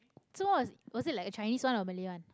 so was was it like Chinese one or Malay one